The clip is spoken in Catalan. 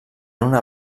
una